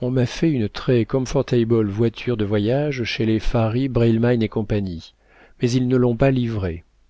on m'a fait une très comfortable voiture de voyage chez les farry breilman et cie mais ils ne l'ont pas livrée